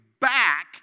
back